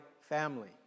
family